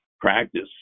practice